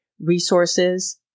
resources